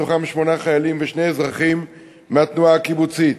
מתוכם שמונה חיילים ושני אזרחים מהתנועה הקיבוצית.